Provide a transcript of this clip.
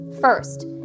First